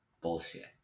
bullshit